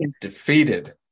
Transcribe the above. defeated